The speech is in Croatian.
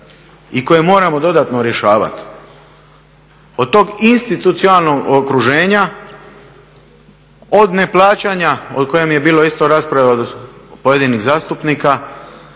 i koje moramo dodatno rješavati. Od tog institucionalnog okruženja, od neplaćanja o kojem je bilo isto rasprave pojedinih zastupnika